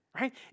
right